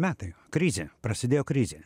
metai krizė prasidėjo krizė